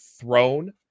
throne